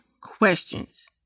questions